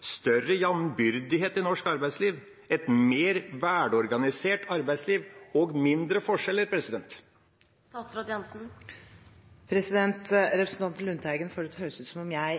større jevnbyrdighet i norsk arbeidsliv, et mer velorganisert arbeidsliv og mindre forskjeller? Representanten Lundteigen får det til å høres ut som om jeg